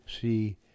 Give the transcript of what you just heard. see